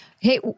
hey